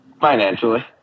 Financially